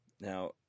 Now